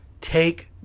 Take